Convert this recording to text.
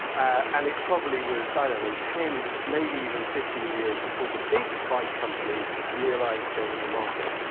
and it probably was, i don't know, ten, maybe even fifteen, years, before the big bike companies realized there was a market.